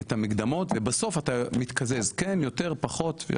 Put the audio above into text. את המקדמות ובסוף אתה מתקזז כן יותר פחות.